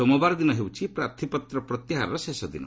ସୋମବାର ଦିନ ହେଉଛି ପ୍ରାର୍ଥୀପତ୍ର ପ୍ରତ୍ୟାହାରର ଶେଷ ଦିନ